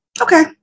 Okay